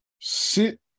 sit